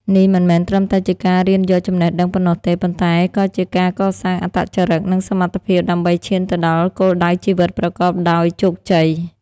នេះមិនមែនត្រឹមតែជាការរៀនយកចំណេះដឹងប៉ុណ្ណោះទេ ប៉ុន្តែក៏ជាការកសាងអត្តចរិត និងសមត្ថភាពដើម្បីឈានទៅដល់គោលដៅជីវិតប្រកបដោយជោគជ័យ។